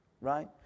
right